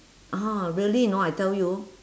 ah really you know I tell you